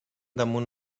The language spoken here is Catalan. damunt